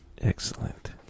excellent